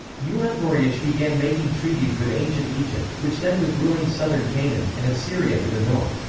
ulamburiash began making treaties with ancient egypt, which then was ruling southern canaan, and assyria to the north.